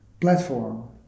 platform